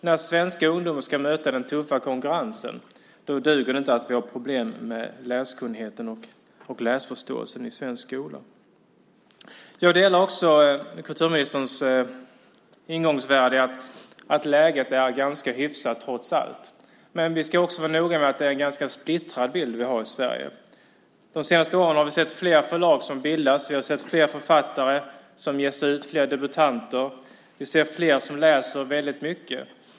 När svenska ungdomar ska möta den tuffa konkurrensen duger det inte att vi har problem med läskunnigheten och läsförståelsen i svensk skola. Jag delar kulturministerns åsikt att läget trots allt är ganska hyfsat. Men vi ska vara noga med att uppmärksamma att det är en ganska splittrad bild vi har i Sverige. De senaste åren har vi sett flera förlag bildas. Vi har sett att fler författare och fler debutanter har getts ut. Det är fler som läser mycket.